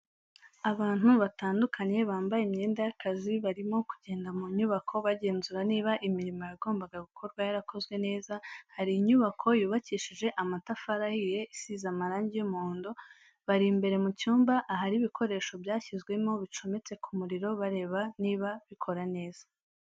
Abantu batandukanye bambaye imyenda y'akazi barimo kugenda mu nyubako bagenzura niba imirimo yagombaga gukorwa yarakozwe neza, hari inyubako yubakishije amatafari ahiye isize amarangi y'umuhondo, bari imbere mu cyumba ahari ibikoresho byashyizwemo bicometse ku muriro, barareba niba bikora neza.